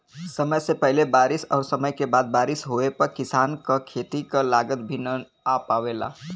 समय से पहिले बारिस और समय के बाद बारिस होवे पर किसान क खेती क लागत भी न आ पावेला